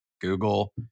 Google